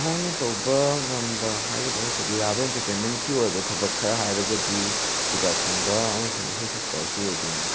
ꯑꯩꯍꯥꯛꯅ ꯇꯧꯕ ꯉꯝꯕ ꯍꯥꯏꯒꯗ꯭ꯔꯥ ꯅꯠꯇ꯭ꯔꯒ ꯌꯥꯕ ꯑꯦꯟꯇꯔꯇꯦꯟꯃꯦꯟꯀꯤ ꯑꯣꯏꯕ ꯊꯕꯛ ꯈꯔ ꯍꯥꯏꯔꯒꯗꯤ ꯒꯤꯇꯥꯔ ꯈꯣꯡꯕ ꯑꯃꯁꯨꯡ ꯏꯁꯩ ꯁꯛꯄ ꯑꯁꯤ ꯑꯣꯏꯗꯣꯏꯅꯤ